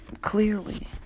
clearly